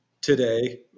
today